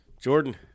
Jordan